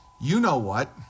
you-know-what